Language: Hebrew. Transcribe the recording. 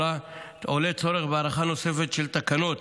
עולה צורך בהארכה נוספת של תקנות